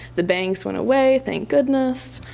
the bangs went away thank goodness,